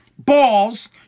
balls